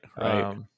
right